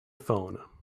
phone